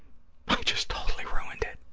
i just totally ruined it.